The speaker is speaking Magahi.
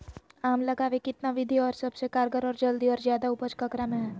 आम लगावे कितना विधि है, और सबसे कारगर और जल्दी और ज्यादा उपज ककरा में है?